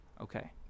Okay